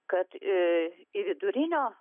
kad į vidurinio